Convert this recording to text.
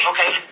Okay